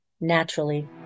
naturally